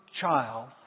child